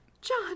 John